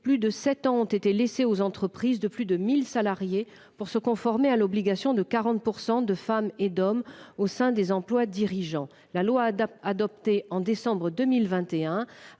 plus de 7 ans ont été laissés aux entreprises de plus de 1000 salariés pour se conformer à l'obligation de 40% de femmes et d'hommes au sein des employes, dirigeant la loi adoptée en décembre 2021